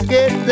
Get